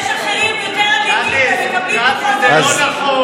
יש אחרים יותר אלימים שמקבלים פחות עונשים.